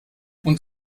und